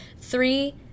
three